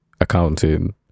accounting